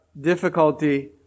difficulty